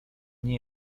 nie